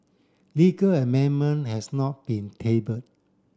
legal amendment has not been tabled